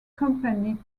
company